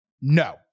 No